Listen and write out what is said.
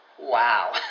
wow